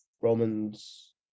Romans